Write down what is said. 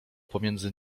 pomiędzy